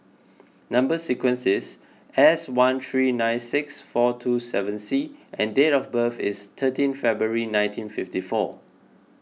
Number Sequence is S one three nine six four two seven C and date of birth is thirteen February nineteen fifty four